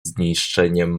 ziszczeniem